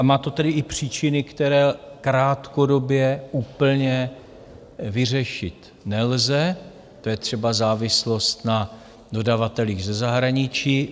Má to tedy i příčiny, které krátkodobě úplně vyřešit nelze, to je třeba závislost na dodavatelích ze zahraničí.